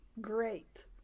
great